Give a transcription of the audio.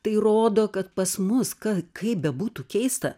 tai rodo kad pas mus ka kaip bebūtų keista